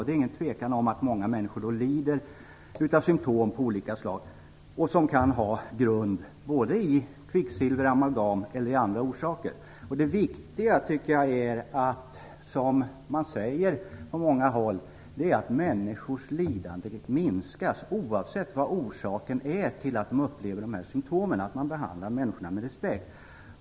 Det är ingen tvekan om att många människor lider av symtom av olika slag som kan ha grund i kvicksilver och amalgam eller i andra orsaker. Det viktiga är, som man säger på många håll, att människors lidande minskas, oavsett vad orsaken till att de upplever dessa symtom är. Man måste behandla människorna med respekt.